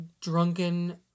drunken